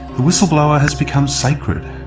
the whistleblower has become sacred,